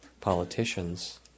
politicians